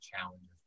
challenges